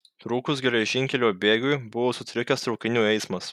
trūkus geležinkelio bėgiui buvo sutrikęs traukinių eismas